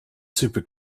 super